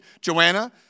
Joanna